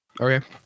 Okay